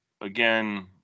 Again